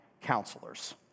counselors